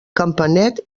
campanet